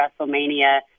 WrestleMania